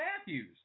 Matthews